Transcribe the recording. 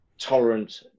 tolerant